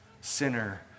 sinner